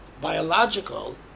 biological